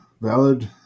Valid